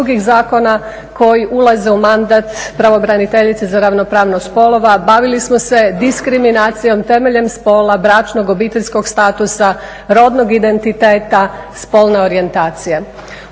drugih zakona koji ulaze u mandat pravobraniteljice za ravnopravnost spolova, bavili smo se diskriminacijom temeljem spola, bračnog, obiteljskog statusa, rodnog identiteta, spolne orijentacije,